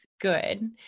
good